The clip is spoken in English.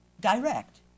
direct